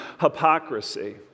hypocrisy